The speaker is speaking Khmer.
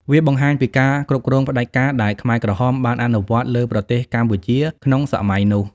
វាបង្ហាញពីការគ្រប់គ្រងផ្ដាច់ការដែលខ្មែរក្រហមបានអនុវត្តលើប្រទេសកម្ពុជាក្នុងសម័យនោះ។